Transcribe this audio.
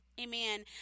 Amen